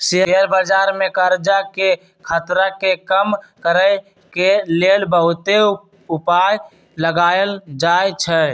share बजार में करजाके खतरा के कम करए के लेल बहुते उपाय लगाएल जाएछइ